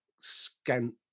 scant